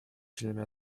членами